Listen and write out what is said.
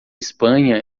espanha